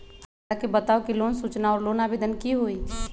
हमरा के बताव कि लोन सूचना और लोन आवेदन की होई?